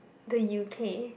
the U_K